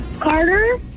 Carter